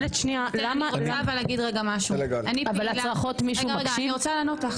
--- רגע אני רוצה לענות לך.